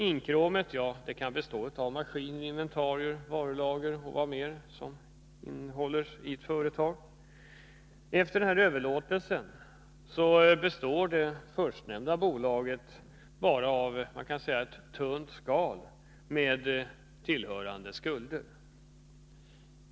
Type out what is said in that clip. Inkråmet kan bestå av maskiner, inventarier, varulager o.d. som finns i företag. Efter överlåtelsen består det förstnämnda bolaget bara av, så att säga, ett tunt skal med tillhörande skulder.